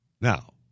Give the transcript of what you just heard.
Now